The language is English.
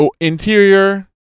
interior